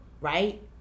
right